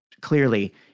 clearly